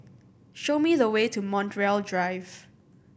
show me the way to Montreal Drive